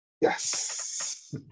Yes